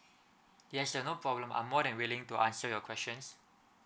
yes sir no problem I'm more than willing to answer your questions